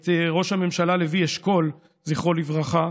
את ראש הממשלה לוי אשכול, זכרו לברכה,